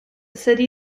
city